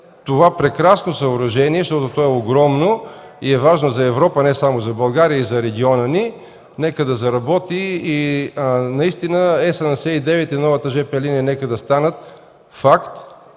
това прекрасно съоръжение, защото то е огромно и е важно за Европа, не само за България и за региона ни, да заработи и наистина Е 79 и новата жп линия да станат факт